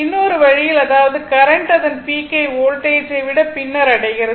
இன்னொரு வழியில் அதாவது கரண்ட் அதன் பீக்கை வோல்டேஜ் ஐ விட பின்னர் அடைகிறது